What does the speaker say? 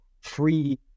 free